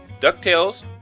DuckTales